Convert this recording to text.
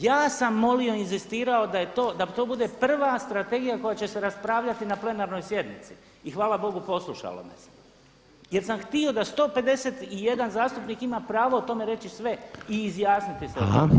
Ja sam molio i inzistirao da to bude prva strategija koja će se raspravljati na plenarnoj sjednici i hvala Bogu poslušalo me se jer sam htio da 151 zastupnik ima pravo o tome reći sve i izjasniti se o tome.